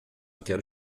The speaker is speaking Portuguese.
quero